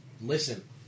Listen